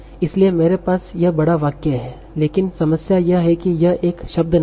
इसलिए मेरे पास यह बड़ा वाक्य है लेकिन समस्या यह है कि यह एक शब्द नहीं है